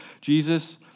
Jesus